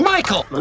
Michael